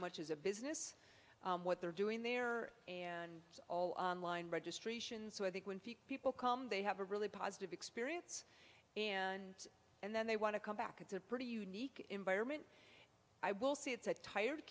much as a business what they're doing there and it's all online registrations so i think when people come they have a really positive experience and and then they want to come back it's a pretty unique environment i will say it's a tired